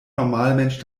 normalmensch